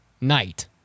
Night